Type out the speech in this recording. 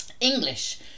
English